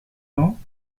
ans